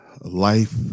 life